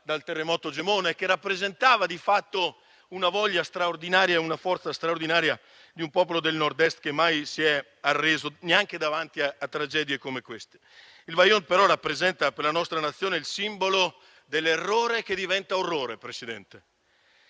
dal terremoto. Si tratta di una voglia straordinaria, di una forza straordinaria di un popolo del Nord-Est, che mai si è arreso neanche davanti a tragedie come queste. Il Vajont, però, rappresenta per la nostra Nazione il simbolo dell'errore che diventa orrore, signor Presidente.